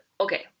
okay